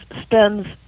spends